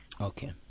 Okay